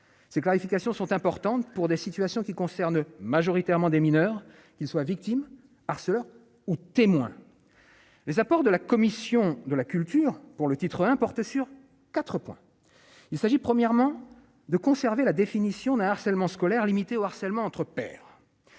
ces clarifications sont importantes pour des situations qui concernent majoritairement des mineurs qu'ils soient victimes Arcelor ou témoin les apports de la commission de la culture pour le titre porte sur 4 points : il s'agit, premièrement de conserver la définition d'un harcèlement scolaire limitée au harcèlement entre pairs